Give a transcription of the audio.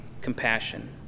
compassion